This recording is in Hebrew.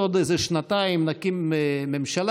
עוד איזה שנתיים נקים ממשלה,